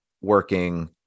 working